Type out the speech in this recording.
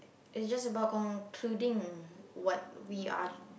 it's just about concluding what we are